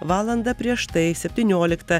valandą prieš tai septynioliktą